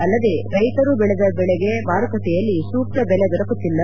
ಅಲ್ಲದೇ ರೈತರು ಬೆಳೆದ ಬೆಳೆಗೆ ಮಾರುಕಟ್ಟೆಯಲ್ಲಿ ಸೂಕ್ತ ಬೆಲೆ ದೊರಕುತ್ತಿಲ್ಲ